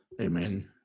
amen